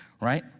Right